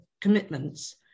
commitments